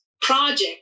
project